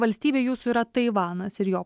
valstybė jūsų yra taivanas ir jo